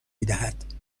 میدهد